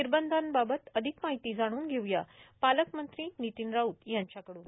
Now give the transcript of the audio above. निर्बंधाबाबत आधिक माहिती जाणून घेऊया पालकमंत्री नितिन राऊत यांच्या कडून